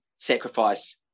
Sacrifice